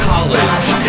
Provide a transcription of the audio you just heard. College